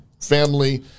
Family